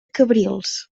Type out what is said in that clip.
cabrils